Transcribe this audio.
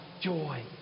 joy